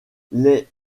les